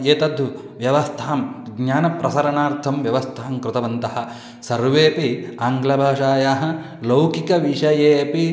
एतद् व्यवस्थां ज्ञानप्रसरणार्थं व्यवस्थां कृतवन्तः सर्वेऽपि आङ्ग्लभाषायाः लौकिकविषये अपि